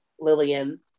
Lillian